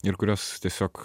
ir kurios tiesiog